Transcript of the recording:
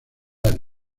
del